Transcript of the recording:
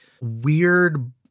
weird